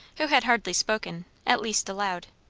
who had hardly spoken, at least aloud.